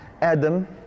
Adam